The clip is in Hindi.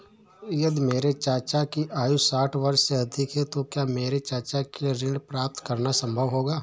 यदि मेरे चाचा की आयु साठ वर्ष से अधिक है तो क्या मेरे चाचा के लिए ऋण प्राप्त करना संभव होगा?